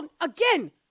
again